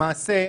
למעשה,